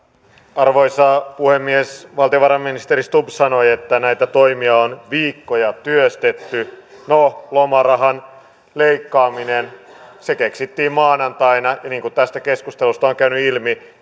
arvoisa puhemies valtiovarainministeri stubb sanoi että näitä toimia on viikkoja työstetty no lomarahan leikkaaminen keksittiin maanantaina ja niin kuin tästä keskustelusta on käynyt ilmi